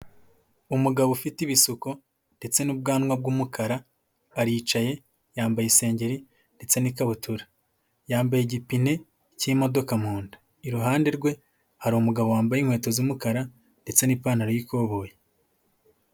Umugabo ufite ibisuko ndetse n'ubwanwa bw'umukara aricaye yambaye isengeri ndetse n'ikabutura, yambaye igipine cy'imodoka mu nda, iruhande rwe hari umugabo wambaye inkweto z'umukara ndetse n'ipantaro y'ikoboyi.